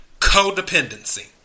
Codependency